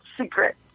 secret